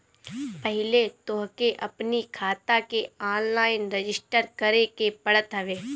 पहिले तोहके अपनी खाता के ऑनलाइन रजिस्टर करे के पड़त हवे